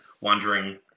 wondering